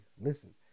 Listen